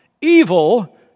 Evil